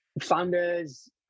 founders